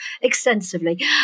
extensively